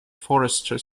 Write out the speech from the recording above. forster